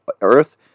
earth